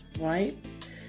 right